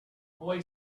boy